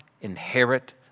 inherit